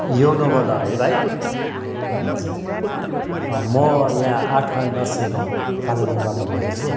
योनोबाट है भाइ ए हजुर म यहाँ आठ माइल नर्सरी गाउँ कालेबुङबाट बोल्दैछु